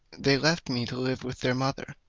they left me to live with their mother.